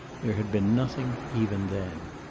there had been nothing, even then.